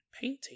painting